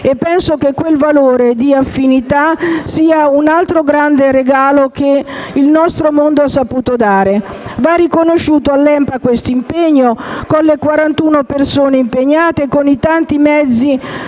e penso che quel valore di affinità sia un altro grande regalo che il nostro mondo ha saputo esprimere. Deve essere riconosciuto all'ENPA questo impegno, con 41 persone e con i tanti mezzi